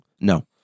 no